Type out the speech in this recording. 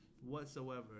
whatsoever